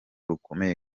rukomeye